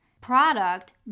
product